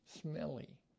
Smelly